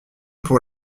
pour